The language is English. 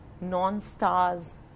non-stars